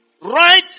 right